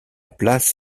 place